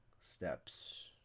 steps